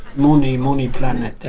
money money planet?